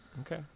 Okay